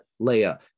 Leia